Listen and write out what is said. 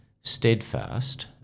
steadfast